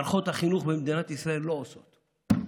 מערכות החינוך במדינת ישראל לא עושות.